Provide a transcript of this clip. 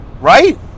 right